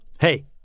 Hey